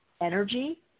energy